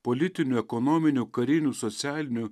politinių ekonominių karinių socialinių